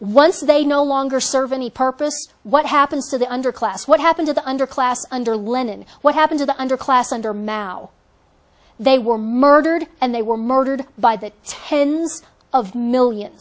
once they no longer serve any purpose what happens to the underclass what happened to the underclass under lenin what happened to the underclass under mao they were murdered and they were murdered by the tens of millions